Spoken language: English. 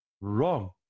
Wrong